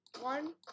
One